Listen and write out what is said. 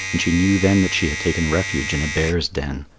and she knew then that she had taken refuge in a bear's den.